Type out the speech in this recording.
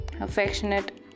affectionate